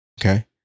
Okay